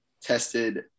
tested